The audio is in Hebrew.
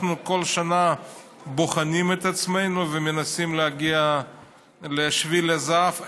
אנחנו כל שנה בוחנים את עצמנו ומנסים להגיע לשביל הזהב.